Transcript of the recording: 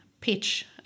pitch